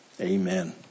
Amen